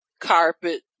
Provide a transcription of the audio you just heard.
carpet